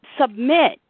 submit